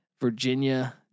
Virginia